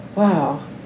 Wow